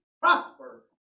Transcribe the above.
prosper